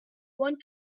one